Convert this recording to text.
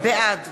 בעד